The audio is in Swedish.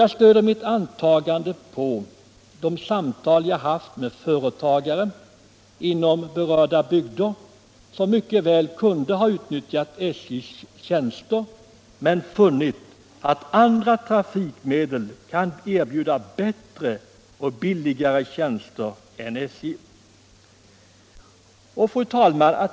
Jag stöder detta mitt antagande på samtal som jag haft med företagare inom berörda bygder som mycket väl hade kunnat utnyttja SJ:s tjänster men funnit att andra trafikmedel än SJ:s kan erbjuda bättre och billigare tjänster. Fru talman!